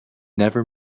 never